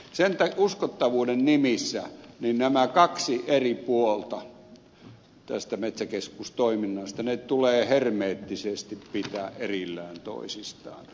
sen uskottavuuden nimissä nämä kaksi eri puolta tästä metsäkeskustoiminnasta tulee hermeettisesti pitää erillään toisistaan